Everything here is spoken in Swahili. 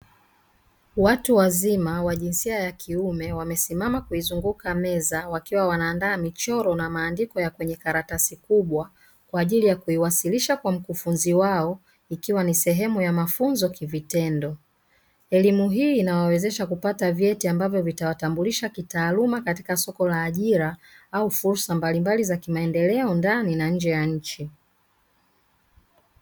Watu wazima wa jinsia ya kiume wamesimama kuizunguka meza wakiwa wanaanda michoro na maandiko ya kwenye karatasi kubwa kwa ajili ya kuiwasilisha kwa mkufunzi wao, ikiwa ni sehemu ya mafunzo kivitendo. Elimu hii inawasaidia kupata vyeti ambavyo vitawatambulisha kitaaluma katika soko la ajira au fursa mbalimbali za kimaendeleo ndani na nje ya nchi.